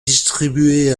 distribué